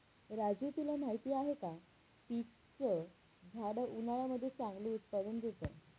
राजू माहिती आहे का? पीच च झाड उन्हाळ्यामध्ये चांगलं उत्पादन देत